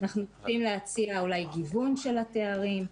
אנחנו יכולים להציע אולי גיוון של התארים,